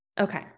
okay